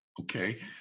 Okay